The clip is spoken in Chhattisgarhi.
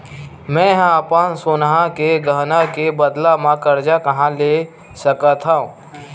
मेंहा अपन सोनहा के गहना के बदला मा कर्जा कहाँ ले सकथव?